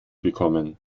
bekommen